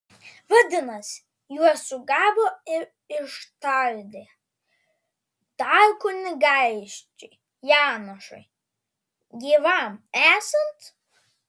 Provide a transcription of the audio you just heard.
vadinasi juos sugavo ir ištardė dar kunigaikščiui janušui gyvam esant